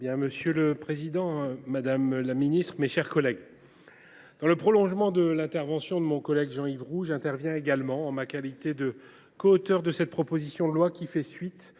Monsieur le président, madame la ministre, mes chers collègues, à la suite de mon collègue Jean Yves Roux, j’interviens également en qualité de coauteur de cette proposition de loi, qui fait suite